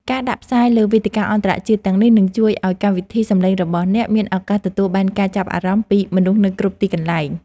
ការដាក់ផ្សាយលើវេទិកាអន្តរជាតិទាំងនេះនឹងជួយឱ្យកម្មវិធីសំឡេងរបស់អ្នកមានឱកាសទទួលបានការចាប់អារម្មណ៍ពីមនុស្សនៅគ្រប់ទីកន្លែង។